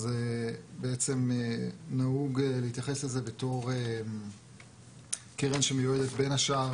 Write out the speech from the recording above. בעצם נהוג להתייחס לזה בתור קרן שמיועדת בין השאר